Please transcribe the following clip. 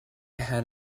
had